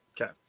Okay